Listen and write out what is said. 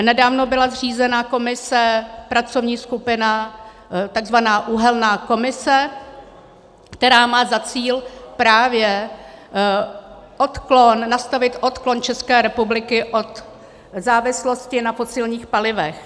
Nedávno byla zřízena komise, pracovní skupina, tzv. uhelná komise, která má za cíl právě nastavit odklon České republiky od závislosti na fosilních palivech.